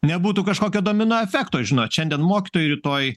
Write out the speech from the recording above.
nebūtų kažkokio domino efekto žinot šiandien mokytojai rytoj